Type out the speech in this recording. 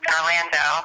Orlando